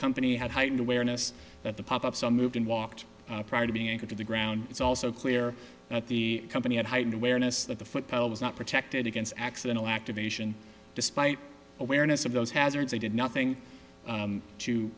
company had heightened awareness that the pop up some moved in walked prior to being anchored to the ground it's also clear that the company had a heightened awareness that the football was not protected against accidental activation despite awareness of those hazards they did nothing to to